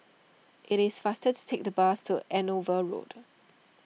it is faster to take the bus to Andover Road